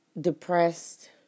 depressed